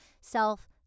self